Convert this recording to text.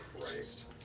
Christ